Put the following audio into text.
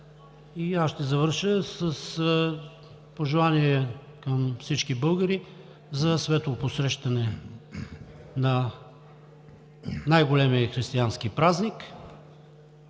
Аз ще завърша с пожелание към всички българи за светло посрещане на най-големия християнски празник.